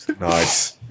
Nice